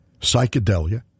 psychedelia